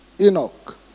Enoch